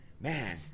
Man